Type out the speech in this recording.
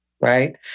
right